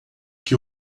que